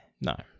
no